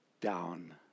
down